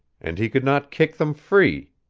and he could not kick them free,